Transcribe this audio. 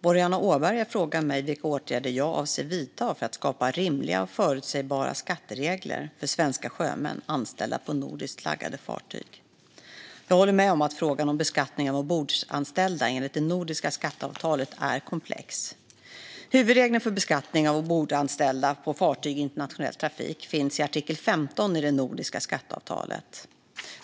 Boriana Åberg har frågat mig vilka åtgärder jag avser att vidta för att skapa rimliga och förutsägbara skatteregler för svenska sjömän anställda på nordiskt flaggade fartyg. Jag håller med om att frågan om beskattning av ombordanställda enligt det nordiska skatteavtalet är komplex. Huvudregeln för beskattning av ombordanställda på fartyg i internationell trafik finns i artikel 15 i det nordiska skatteavtalet.